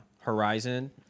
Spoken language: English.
horizon